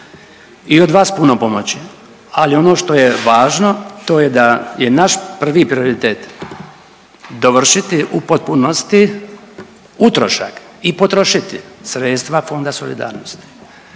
i od vas puno pomoći, ali ono što je važno, to je da je naš prvi prioritet dovršiti u potpunosti utrošak i potrošiti sredstva fonda solidarnosti.